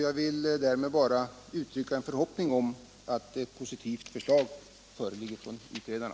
Jag vill nu bara uttrycka förhoppningen om att ett positivt förslag skall komma från utredarna.